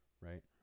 right